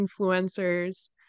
influencers